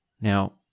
now